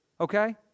okay